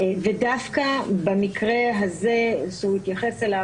דווקא במקרה הזה שהוא התייחס אליו,